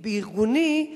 ארגוני,